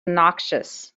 noxious